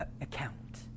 account